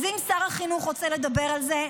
אז אם שר החינוך רוצה לדבר על זה,